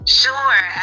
sure